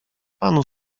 panu